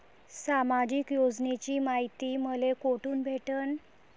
सामाजिक योजनेची मायती मले कोठून भेटनं?